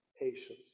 patience